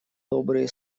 добрые